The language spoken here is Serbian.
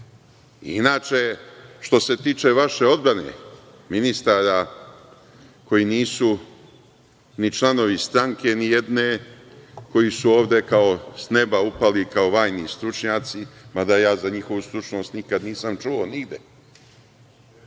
što se tiče vaše odbrane, ministara koji nisu članovi stranke nijedne, koji su ovde kao s neba upali kao vajni stručnjaci, mada ja za njihovu stručnost nikad nisam čuo nigde,